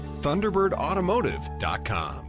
ThunderbirdAutomotive.com